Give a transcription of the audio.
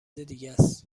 دیگس